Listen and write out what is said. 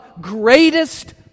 greatest